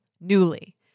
Newly